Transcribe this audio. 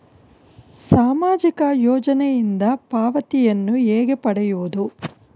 ಸಾಮಾಜಿಕ ಯೋಜನೆಯಿಂದ ಪಾವತಿಯನ್ನು ಹೇಗೆ ಪಡೆಯುವುದು?